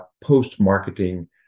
post-marketing